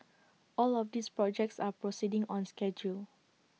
all of these projects are proceeding on schedule